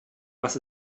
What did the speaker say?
was